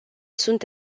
sunt